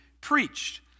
preached